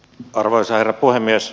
arvoisa herra puhemies